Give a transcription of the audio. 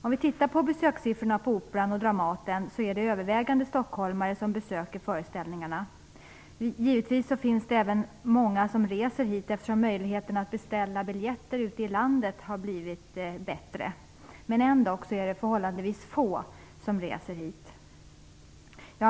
Om vi tittar på besökssiffrorna på Operan och Dramaten är det övervägande stockholmare som besöker föreställningarna. Det finns även många som reser hit eftersom möjligheten att beställa biljetter ute i landet har blivit bättre, men det är ändå förhållandevis få som reser hit.